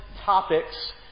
topics